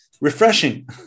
refreshing